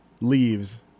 leaves